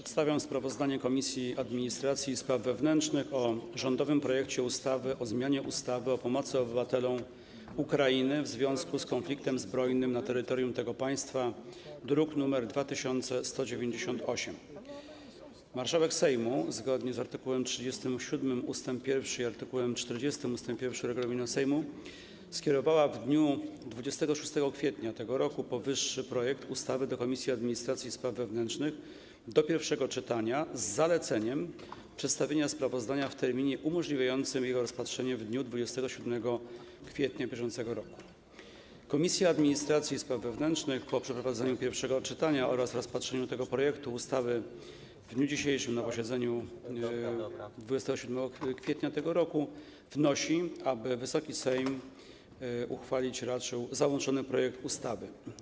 Przedstawiam sprawozdanie Komisji Administracji i Spraw Wewnętrznych o rządowym projekcie ustawy o zmianie ustawy o pomocy obywatelom Ukrainy w związku z konfliktem zbrojnym na terytorium tego państwa, druk nr 2198. Marszałek Sejmu, zgodnie z art. 37 ust. 1 i art. 40 ust. 1 regulaminu Sejmu, skierowała w dniu 26 kwietnia tego roku powyższy projekt ustawy do Komisji Administracji i Spraw Wewnętrznych do pierwszego czytania z zaleceniem przedstawienia sprawozdania w terminie umożliwiającym jego rozpatrzenie w dniu 27 kwietnia br. Komisja Administracji i Spraw Wewnętrznych po przeprowadzeniu pierwszego czytania oraz rozpatrzeniu tego projektu ustawy w dniu dzisiejszym, tj. na posiedzeniu w dniu 27 kwietnia tego roku, wnosi, aby Wysoki Sejm uchwalić raczył załączony projekt ustawy.